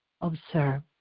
Observe